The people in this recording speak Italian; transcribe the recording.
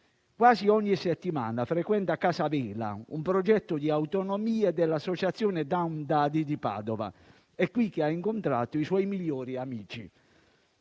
Quasi ogni settimana frequenta «Casa Vela», un progetto di autonomia dell'Associazione «Down Dadi» di Padova. È qui che ha incontrato i suoi migliori amici.